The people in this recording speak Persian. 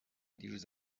دیروز